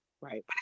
right